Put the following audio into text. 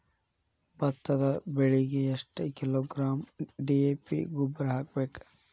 ಭತ್ತದ ಬೆಳಿಗೆ ಎಷ್ಟ ಕಿಲೋಗ್ರಾಂ ಡಿ.ಎ.ಪಿ ಗೊಬ್ಬರ ಹಾಕ್ಬೇಕ?